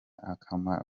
kamara